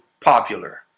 popular